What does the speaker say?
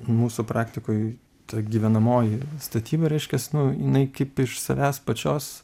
mūsų praktikoj ta gyvenamoji statyba reiškias nu jinai kaip iš savęs pačios